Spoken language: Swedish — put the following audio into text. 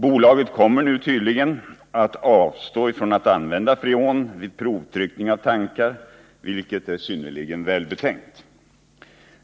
Bolaget kommer nu tydligen att avstå från att använda freon vid provtryckning av tankar, vilket är synnerligen välbetänkt.